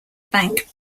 bank